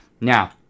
Now